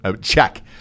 Check